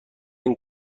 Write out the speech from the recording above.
این